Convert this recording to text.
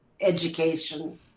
Education